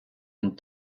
and